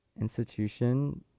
institution